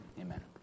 amen